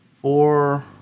four